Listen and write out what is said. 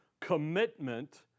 commitment